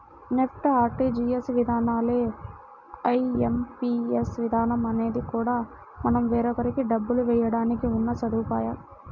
NEFT, RTGS విధానాల్లానే IMPS విధానం అనేది కూడా మనం వేరొకరికి డబ్బులు వేయడానికి ఉన్న సదుపాయం